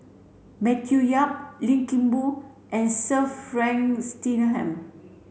Matthew Yap Lim Kim Boon and Sir Frank Swettenham